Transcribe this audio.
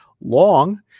long